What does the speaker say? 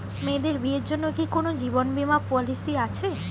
মেয়েদের বিয়ের জন্য কি কোন জীবন বিমা পলিছি আছে?